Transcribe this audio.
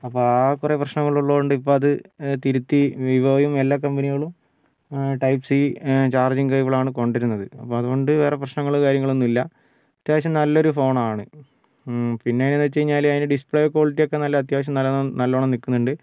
അപ്പോൾ ആകെ കുറെ പ്രശ്നങ്ങളുള്ളതുകൊണ്ട് ഇപ്പോൾ അത് തിരുത്തി വിവോയും എല്ലാ കമ്പനികളും ടൈപ്പ് സി ചാർജിങ്ങ് കേബിൾ ആണ് കൊണ്ടുവരുന്നത് അപ്പോൾ അതുകൊണ്ട് വേറെ പ്രശ്നങ്ങളോ കാര്യങ്ങളൊന്നുമില്ല അത്യാവശ്യം നല്ലൊരു ഫോണാണ് പിന്നെയെങ്ങനെയെന്ന് വച്ചു കഴിഞ്ഞാൽ അതിന് ഡിസ്പ്ലേ ക്വാളിറ്റി ഒക്കെ നല്ല അത്യാവശ്യം നല്ലോണം നിൽക്കുന്നുണ്ട്